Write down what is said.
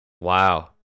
Wow